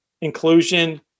inclusion